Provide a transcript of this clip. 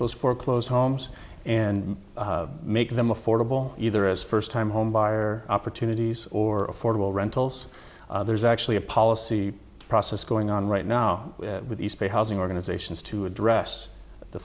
those foreclosed homes and make them affordable either as first time home buyer opportunities or affordable rentals there's actually a policy process going on right now with these pay housing organizations to address the